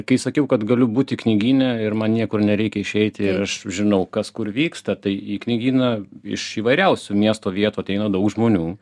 kai sakiau kad galiu būti knygyne ir man niekur nereikia išeiti ir aš žinau kas kur vyksta tai į knygyną iš įvairiausių miesto vietų ateina daug žmonių